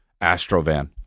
Astrovan